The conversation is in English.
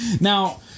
Now